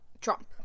trump